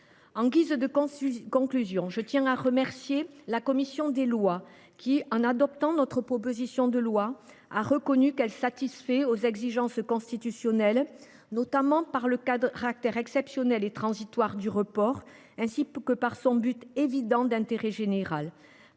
En guise de conclusion, je tiens à remercier la commission des lois qui, en adoptant ce texte, a reconnu qu’il satisfaisait aux exigences constitutionnelles, notamment du fait du caractère exceptionnel et transitoire du report, ainsi que du but, évidemment d’intérêt général,